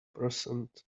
percent